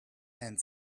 and